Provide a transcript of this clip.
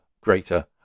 greater